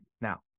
now